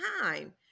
time